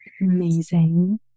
Amazing